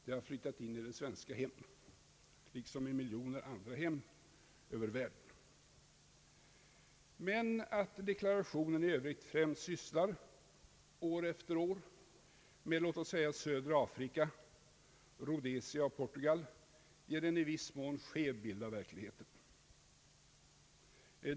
Det har flyttat in i de svenska hemmen liksom i miljoner andra hem över världen. Men att deklarationen i övrigt främst sysslar år efter år med låt oss säga södra Afrika, Rhodesia och Portugal ger en i viss mån skev bild av verkligheten.